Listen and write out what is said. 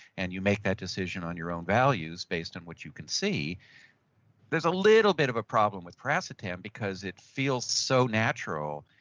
and you make that decision on your own values, based on what you can see there's a little bit of a problem with piracetam because it feels so natural.